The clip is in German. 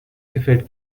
gefällt